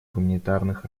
гуманитарных